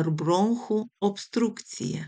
ar bronchų obstrukcija